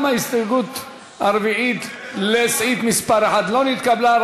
גם ההסתייגות הרביעית לסעיף מס' 1 לא נתקבלה.